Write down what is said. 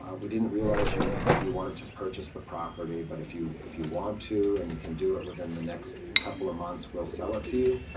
um we didn't realize you you wanted to purchase the property, but if you if you want to, and you can do it within the next couple of months, we'll sell it to you.